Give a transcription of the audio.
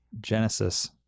Genesis